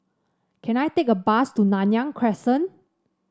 can I take a bus to Nanyang Crescent